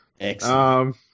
Excellent